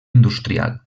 industrial